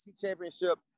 championship